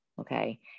okay